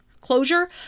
closure